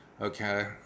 okay